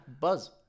buzz